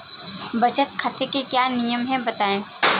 बचत खाते के क्या नियम हैं बताएँ?